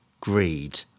greed